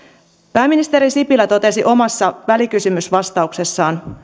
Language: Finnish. pääministeri sipilä totesi omassa välikysymysvastauksessaan